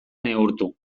neurtu